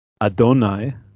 Adonai